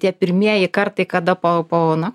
tie pirmieji kartai kada po po na